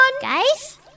Guys